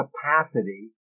capacity